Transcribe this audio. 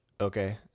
okay